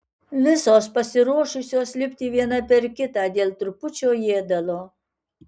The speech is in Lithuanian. visos pasiruošusios lipti viena per kitą dėl trupučio ėdalo